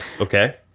Okay